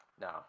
No